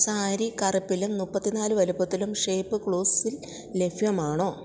സാരി കറുപ്പിലും മുപ്പത്തിനാല് വലുപ്പത്തിലും ഷോപ്പ് ക്ലൂസിൽ ലഭ്യമാണോ